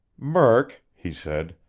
murk, he said,